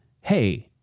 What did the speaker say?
hey